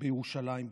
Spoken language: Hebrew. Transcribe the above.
בירושלים בעיקר.